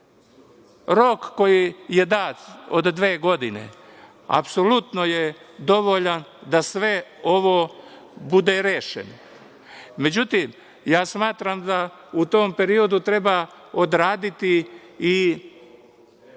koji je dat, od dve godine, apsolutno je dovoljan da sve ovo bude rešeno. Međutim, ja smatram da u tom periodu treba odraditi i